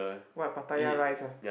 what Pattaya-Rice ah